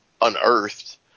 unearthed